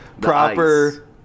proper